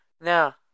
now